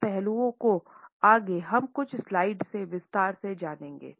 इन पहलुओं को आगे हम कुछ स्लाइड्स से विस्तार से जानेंगे